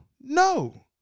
no